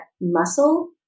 muscle